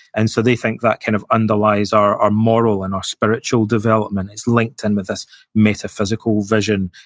and so, they think that kind of underlies our our moral and our spiritual development. it's linked in with this metaphysical vision,